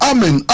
Amen